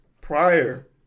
prior